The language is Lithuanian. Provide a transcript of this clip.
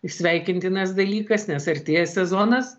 sveikintinas dalykas nes artėja sezonas